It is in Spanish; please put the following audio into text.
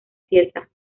cieza